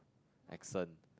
accent